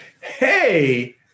Hey